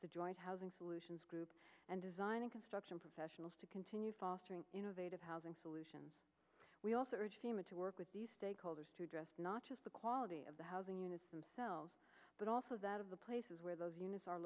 the joint housing solutions group and designing construction professionals to continue fostering innovative housing solutions we also urge the mature work with these stakeholders to address not just the quality of the housing units themselves but also that of the places where those units are